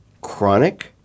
chronic